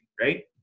right